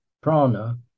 prana